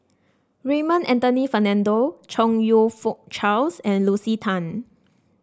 Raymond Anthony Fernando Chong You Fook Charles and Lucy Tan